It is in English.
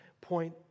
point